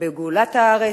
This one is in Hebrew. לגאולת הארץ,